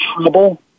trouble